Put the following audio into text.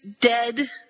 dead